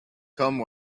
come